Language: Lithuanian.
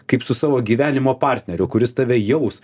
kaip su savo gyvenimo partneriu kuris tave jaus